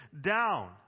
down